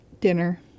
dinner